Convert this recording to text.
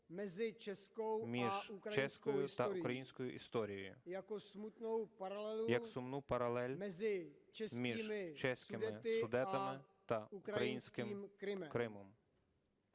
між чеською та українською історією, як сумну паралель між чеськими Судетами та українським Кримом.